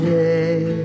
day